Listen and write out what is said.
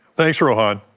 thanks, rohan.